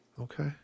Okay